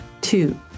Two